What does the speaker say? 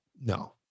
no